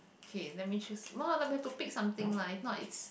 okay let me choose one of us we have to pick something if not it's